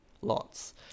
lots